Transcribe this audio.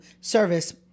service